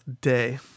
day